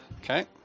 Okay